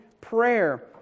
prayer